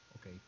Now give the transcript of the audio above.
okay